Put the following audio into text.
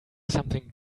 something